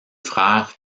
frères